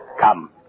Come